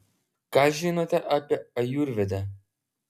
ką žinote apie ajurvedą